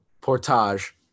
Portage